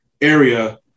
area